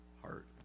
heart